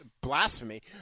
blasphemy